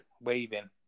waving